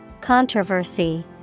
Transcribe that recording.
Controversy